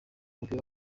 umupira